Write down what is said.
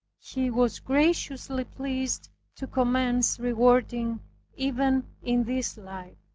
he was graciously pleased to commence rewarding even in this life.